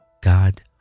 God